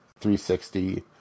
360